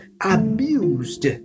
abused